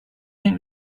think